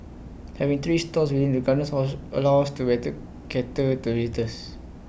having three stores within the gardens allows to better cater to visitors